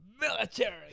Military